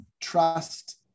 Trust